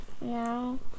No